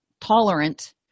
tolerant